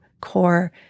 core